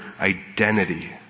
identity